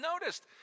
noticed